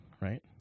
right